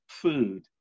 food